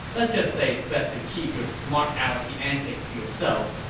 let's just say it's best to keep your smart-alecky antics to yourself.